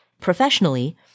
professionally